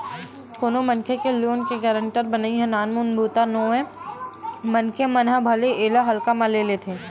कोनो मनखे के लोन के गारेंटर बनई ह नानमुन बूता नोहय मनखे मन ह भले एला हल्का म ले लेथे